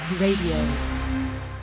Radio